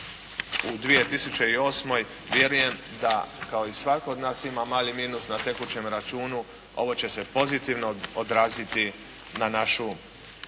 u 2008. vjerujem da kao i svatko od nas ima mali minus na tekućem računu ovo će se pozitivno odraziti na našu